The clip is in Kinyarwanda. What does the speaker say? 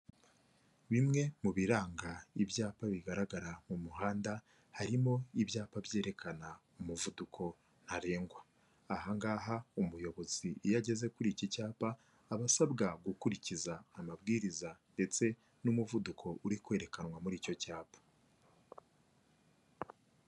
Bimwe mu biranga ibyapa bigaragara mu muhanda harimo ibyapa byerekana umuvuduko ntarengwa, aha ngaha umuyobozi iyo ageze kuri iki cyapa aba asabwa gukurikiza amabwiriza ndetse n'umuvuduko uri kwerekanwa muri icyo cyapa.